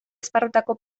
esparrutako